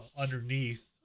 underneath